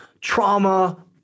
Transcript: trauma